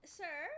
sir